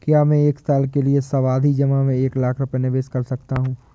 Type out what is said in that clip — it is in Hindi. क्या मैं एक साल के लिए सावधि जमा में एक लाख रुपये निवेश कर सकता हूँ?